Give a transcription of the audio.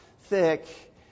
thick